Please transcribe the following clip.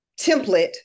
template